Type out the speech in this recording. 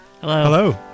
hello